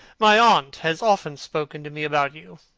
my aunt has often spoken to me about you.